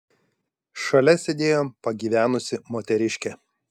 šalia sėdėjo pagyvenusi moteriškė